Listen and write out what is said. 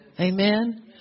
amen